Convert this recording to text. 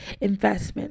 investment